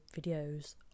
videos